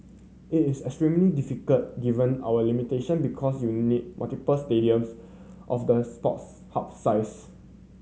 it is extremely difficult given our limitation because you need multiple stadiums of the Sports Hub size